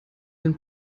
den